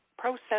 process